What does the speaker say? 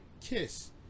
Kiss